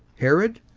herod?